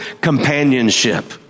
companionship